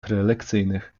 prelekcyjnych